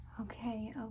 okay